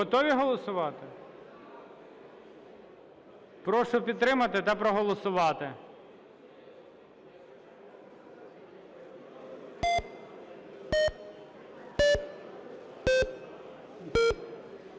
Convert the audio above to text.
Готові голосувати? Прошу підтримати та проголосувати.